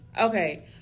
Okay